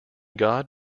god